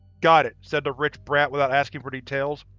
got it, said the rich brat without asking for details.